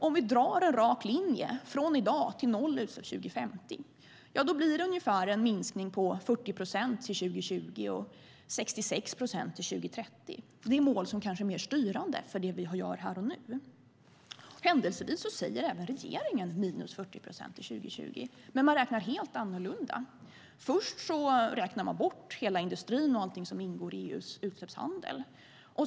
Om vi drar en rak linje från i dag till noll utsläpp 2050 blir det en minskning på ungefär 40 procent till 2020 och 66 procent till 2030. Det är mål som kanske är mer styrande för det vi gör här och nu. Händelsevis säger även regeringen minus 40 procent till 2020, men man räknar helt annorlunda. Först räknar man bort hela industrin och allting som ingår i EU:s utsläppshandel.